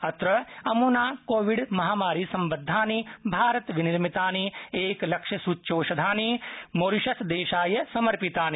अत्र अमुना कोविड महामारीसम्बद्धानि भारतविनिर्मितानि एकलक्षसूच्यौषधानि समर्पितानि